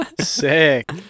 sick